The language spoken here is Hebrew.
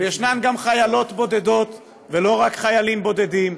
יש גם חיילות בודדות, ולא רק חיילים בודדים,